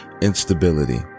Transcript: instability